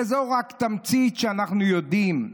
וזו רק תמצית שאנחנו יודעים.